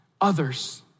others